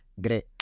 great